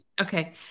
Okay